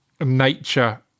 nature